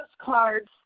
postcards